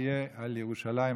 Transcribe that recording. תהיה על ירושלים,